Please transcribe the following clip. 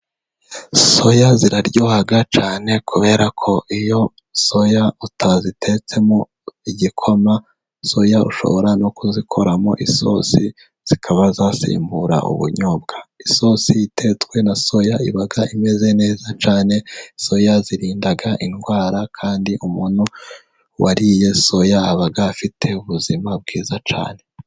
Soya ziraryoha cyane, kubera ko iyo soya utazitetsemo igikoma, soya ushobora no kuzikoramo isosi zikaba zasimbura ubunyobwa, isosi itetswe na soya iba imeze neza cyane, soya zirinda indwara, kandi umuntu wariye so aba afite ubuzima bwiza cyane.